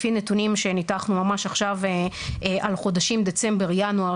לפי נתונים שניתחנו ממש עכשיו על חודשים דצמבר וינואר,